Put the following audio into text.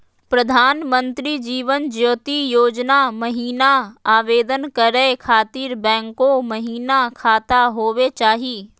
प्रधानमंत्री जीवन ज्योति योजना महिना आवेदन करै खातिर बैंको महिना खाता होवे चाही?